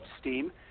steam